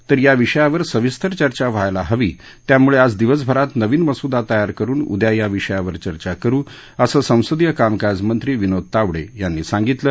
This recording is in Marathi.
तर या विषयावर सविस्तर चर्चा व्हायला हवी त्यामुळे आज दिवसभरात नवीन मसूदा तयार करून उद्या या विषयावर चर्चा करू असे संसदीय कामकाजमंत्री विनोद तावडे यांनी सांगितले